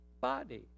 body